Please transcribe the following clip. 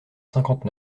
cinquante